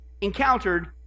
encountered